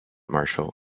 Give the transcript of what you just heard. marshall